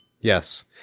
Yes